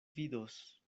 vidos